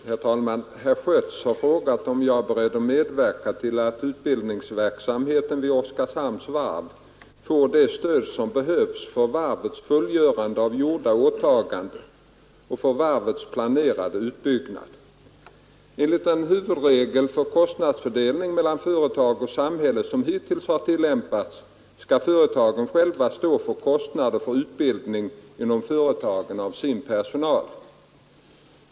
Herr talman! Herr Schött har frågat om jag är beredd medverka till att utbildningsverksamheten vid Oskarshamns Varv får det stöd som behövs för varvets fullgörande av gjorda åtaganden och för varvets planerade utbyggnad. Enligt den huvudregel för kostnadsfördelningen mellan företag och samhälle som hittills har tillämpats skall företagen själva stå för kostnaderna för utbildning inom företagen av sin personal.